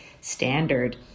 standard